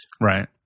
Right